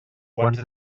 quants